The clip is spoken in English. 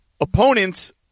opponents